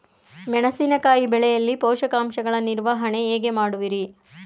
ಮೆಣಸಿನಕಾಯಿ ಬೆಳೆಯಲ್ಲಿ ಪೋಷಕಾಂಶಗಳ ನಿರ್ವಹಣೆ ಹೇಗೆ ಮಾಡುವಿರಿ?